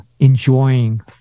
enjoying